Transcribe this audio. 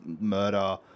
murder